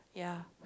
ya